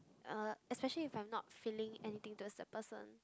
uh especially if I'm not feeling anything towards the person